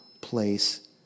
place